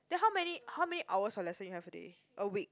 then how many how many hours of lessons you have a day a week